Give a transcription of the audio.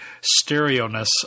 stereo-ness